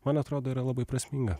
man atrodo yra labai prasminga